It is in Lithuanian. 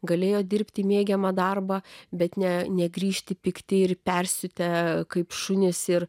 galėjo dirbti mėgiamą darbą bet ne negrįžti pikti ir persiutę kaip šunys ir